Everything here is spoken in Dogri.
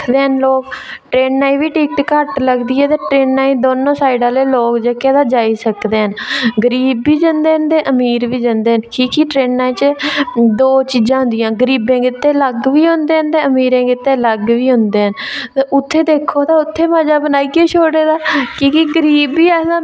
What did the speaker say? बी दिखदे न लोक ट्रेनां बी टिकट घट्ट लगदी ऐ ते ट्रेनें ई दौनों साईड आह्ले लोक तां जेह्के जाई सकदे न गरीब बी जंदे न ते अमीर बी जंदे न कि के ट्रेनें च दो चीज़ां होंदियां न गरीबें गितै अलग बी होंदे तेअमीरें गित्तै अलग बी होंदे न ते उत्थें दिक्खो तां उत्थें मज़ा बनाइयै छोड़े दा कि के गरीब बी आखदा